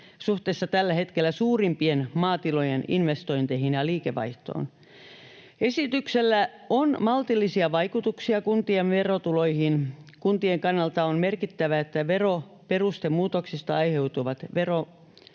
suhteessa tällä hetkellä suurimpien maatilojen investointeihin ja liikevaihtoon. Esityksellä on maltillisia vaikutuksia kuntien verotuloihin. Kuntien kannalta on merkittävää, että veroperustemuutoksista aiheutuvat